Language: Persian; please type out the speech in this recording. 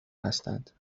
هستند